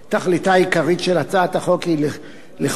תכליתה העיקרית של הצעת החוק היא לכונן